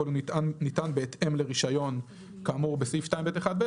הוא ניתן בהתאם לרישיון כאמור בסעיף 2(ב)(1)(ב),